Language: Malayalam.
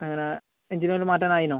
എങ്ങനെ എഞ്ചിൻ ഓയില് മാറ്റാൻ ആയിനോ